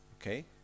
okay